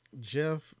jeff